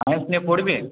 science নিয়ে পড়বি